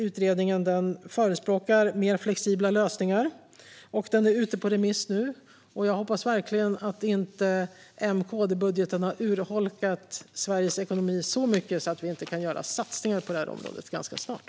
Utredningen förespråkar mer flexibla lösningar. Den är nu ute på remiss. Jag hoppas verkligen att inte M-KD-budgeten har urholkat Sveriges ekonomi så mycket att vi inte kan göra satsningar på området ganska snart.